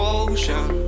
ocean